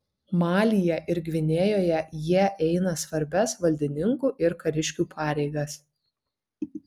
malyje ir gvinėjoje jie eina svarbias valdininkų ir kariškių pareigas